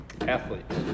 Athletes